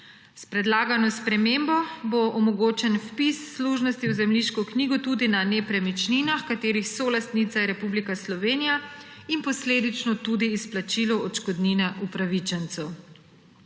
S predlagano spremembo bo omogočen vpis služnosti v zemljiško knjigo tudi na nepremičninah, katerih solastnica je Republika Slovenija, in posledično tudi izplačilo odškodnine upravičencev.